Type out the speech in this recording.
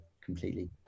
completely